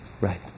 Right